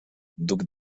duc